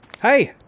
Hey